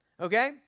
Okay